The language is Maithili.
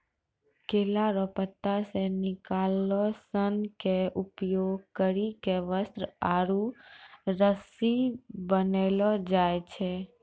केला रो पत्ता से निकालो सन के उपयोग करी के वस्त्र आरु रस्सी बनैलो जाय छै